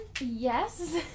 Yes